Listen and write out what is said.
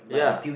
ya